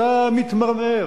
אתה מתמרמר